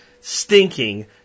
stinking